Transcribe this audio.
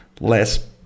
less